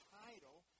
title